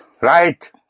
Right